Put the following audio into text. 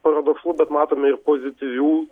paradoksalu bet matome ir pozityvių